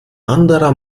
anderer